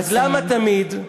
אז למה תמיד,